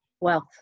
wealth